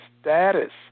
status